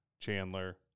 Chandler